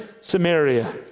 Samaria